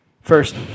First